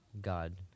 God